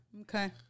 okay